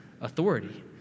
authority